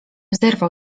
zerwał